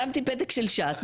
שמתי פתק של ש"ס,